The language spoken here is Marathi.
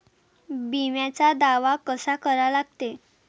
बिम्याचा दावा कसा करा लागते?